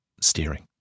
steering